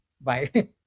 bye